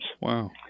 Wow